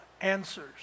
answers